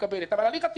אבל הליך התכנון,